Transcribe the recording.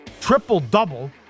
triple-double